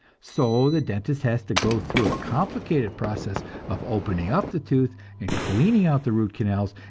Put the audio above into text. so the dentist has to go through a complicated process of opening up the tooth and cleaning out the root canals,